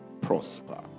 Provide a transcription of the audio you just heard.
prosper